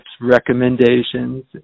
recommendations